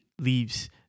leaves